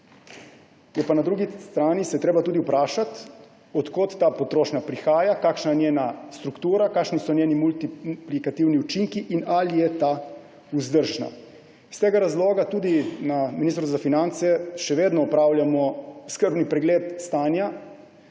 Na drugi strani se je pa treba tudi vprašati, od kod ta potrošnja prihaja, kakšna je njena struktura, kakšni so njeni multiplikativni učinki in ali je ta vzdržna. Iz tega razloga tudi na Ministrstvu za finance še vedno opravljamo skrben pregled stanja.